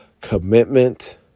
commitment